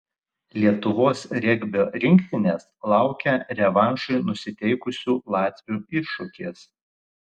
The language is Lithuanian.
lietuvos regbio rinktinės laukia revanšui nusiteikusių latvių iššūkis